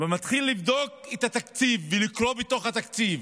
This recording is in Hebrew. ומתחיל לבדוק את התקציב ולקרוא בתוך התקציב,